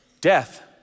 Death